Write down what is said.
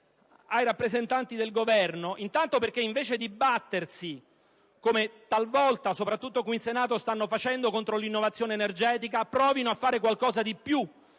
ai rappresentanti del Governo, anzitutto perché, invece di battersi (come talvolta, soprattutto qui in Senato fanno) contro l'innovazione energetica provino a fare qualcosa di più